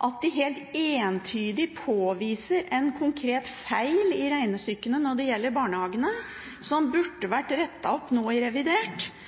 når de helt entydig påviser en konkret feil i regnestykkene når det gjelder barnehagene – som burde vært rettet opp i revidert